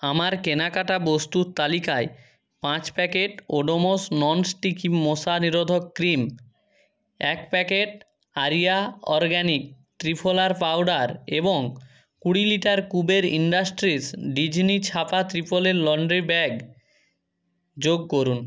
আমার কেনাকাটা বস্তুর তালিকায় পাঁচ প্যাকেট ওডোমস নন স্টিকি মশা নিরোধক ক্রিম এক প্যাকেট আরিয়া অরগ্যানিক ত্রিফলার পাউডার এবং কুড়ি লিটার কুবের ইন্ডাস্ট্রিজ ডিজনি ছাপা ত্রিপলের লন্ড্রি ব্যাগ যোগ করুন